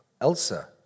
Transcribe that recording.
Elsa